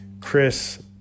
Chris